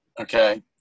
Okay